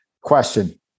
question